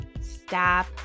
stop